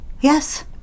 Yes